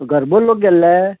घरभर लोक गेल्ले